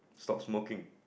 stop smoking